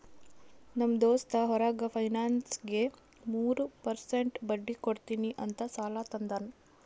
ನಮ್ ದೋಸ್ತ್ ಹೊರಗ ಫೈನಾನ್ಸ್ನಾಗ್ ಮೂರ್ ಪರ್ಸೆಂಟ್ ಬಡ್ಡಿ ಕೊಡ್ತೀನಿ ಅಂತ್ ಸಾಲಾ ತಂದಾನ್